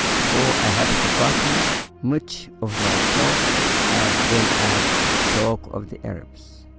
for i have forgotten much of my talk as well as the talk of the arabs.